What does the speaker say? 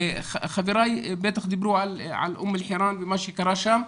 חבריי בטח דיברו על אום אל חירן ומה שקרה שם,